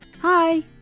Hi